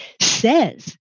says